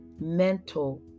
mental